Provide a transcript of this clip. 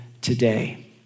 today